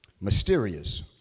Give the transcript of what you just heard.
mysterious